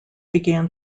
began